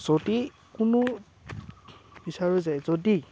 যদি কোনো বিচাৰোঁ যে যদি